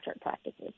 practices